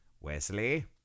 Wesley